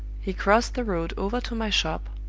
he crossed the road over to my shop,